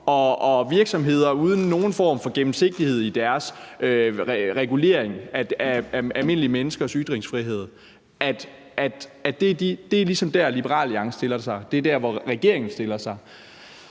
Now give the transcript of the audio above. og virksomheder ikke har nogen form for gennemsigtighed i deres regulering af almindelige menneskers ytringsfrihed. Det er ligesom der, hvor Liberal Alliance stiller sig, og det er der, hvor regeringen stiller sig.